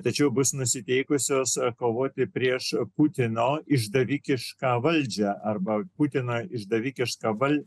tačiau bus nusiteikusios kovoti prieš putino išdavikišką valdžią arba išdavikišką